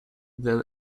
then